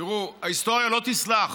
תראו, ההיסטוריה לא תסלח